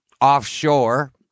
offshore